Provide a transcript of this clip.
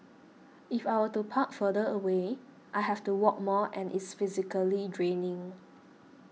if I were to park further away I have to walk more and it's physically draining